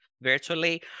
virtually